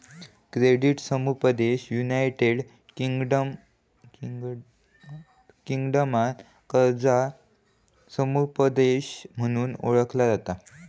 credit समुपदेशन United किंगडमात कर्जा समुपदेशन म्हणून ओळखला जाता